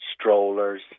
strollers